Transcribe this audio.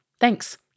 Thanks